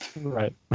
right